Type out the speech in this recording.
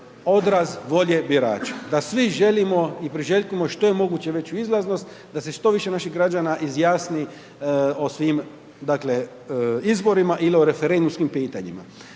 odraz volje birača. Da svi želimo i priželjkujemo što je moguću veću izlaznost, da se što više naših građana izjasni o svim izborima ili o referendumskim pitanjima.